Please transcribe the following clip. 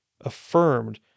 affirmed